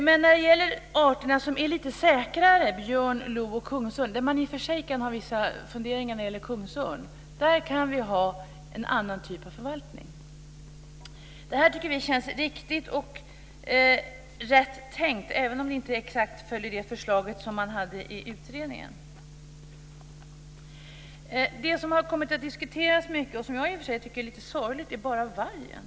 För de arter som är lite säkrare, nämligen björn, lo och kungsörn - i och för sig kan man ha vissa funderingar när det gäller kungsörn - kan vi ha en annan typ av förvaltning. Detta tycker vi känns riktigt och rätt tänkt, även om man inte exakt följer det förslag som fanns i utredningen. Det som har kommit att diskuteras mycket, vilket jag i och för sig tycker är lite sorgligt, är bara vargen.